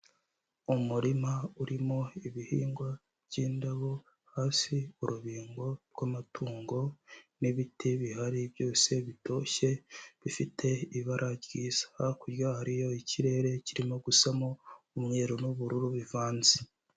Umurima urimo ibihingwa by'indabo, hasi urubingo rw'amatungo, n'ibiti bihari byose bitoshye bifite ibara ryiza, hakurya hariyo ikirere kirimo gusamo umweru n'ubururu bivanze.